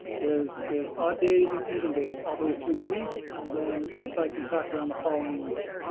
there's there's odd days and even days all the way through the week and then cycles back around the following week.